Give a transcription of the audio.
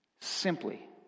simply